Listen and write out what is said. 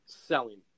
selling